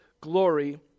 glory